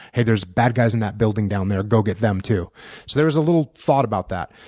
hey, there's bad guys in that building down there go get them, too. so there was a little thought about that.